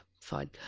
fine